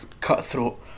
cutthroat